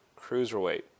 Cruiserweight